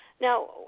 Now